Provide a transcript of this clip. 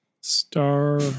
Star